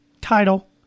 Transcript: title